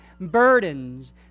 burdens